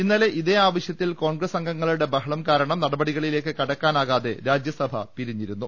ഇന്നലെ ഇതേ ആവശ്യത്തിൽ കോൺഗ്രസ് അംഗങ്ങളുടെ ബഹളം കാരണം നട പടികളിലേക്ക് കടക്കാനാവാതെ രാജ്യസഭ പിരിഞ്ഞിരുന്നു